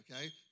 okay